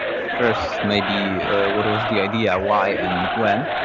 first, maybe what was the idea, why and when.